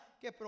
que